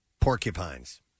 Porcupines